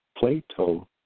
Plato